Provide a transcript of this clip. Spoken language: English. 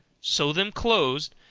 sew them close,